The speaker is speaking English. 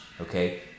okay